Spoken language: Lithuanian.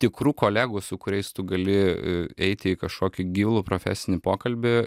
tikrų kolegų su kuriais tu gali eiti į kažkokį gilų profesinį pokalbį